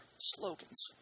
slogans